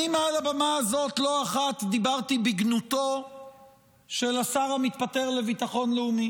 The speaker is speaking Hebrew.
אני מעל הבמה הזאת לא אחת דיברתי בגנותו של השר המתפטר לביטחון לאומי.